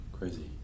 crazy